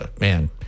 man